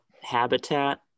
habitat